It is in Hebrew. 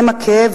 הם הכאב,